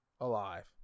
alive